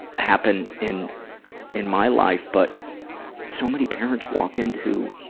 happen in in my life but so many parents walk into